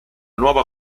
nuova